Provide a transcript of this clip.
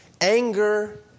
anger